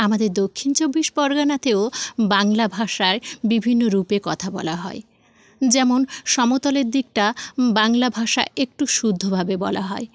আমাদের দক্ষিণ চব্বিশ পরগনাতেও বাংলা ভাষার বিভিন্ন রূপে কথা বলা হয় যেমন সমতলের দিকটা বাংলা ভাষা একটু শুদ্ধভাবে বলা হয়